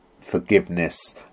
forgiveness